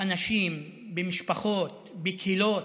באנשים, במשפחות, בקהילות,